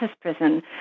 prison